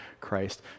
Christ